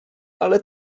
ale